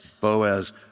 Boaz